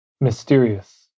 mysterious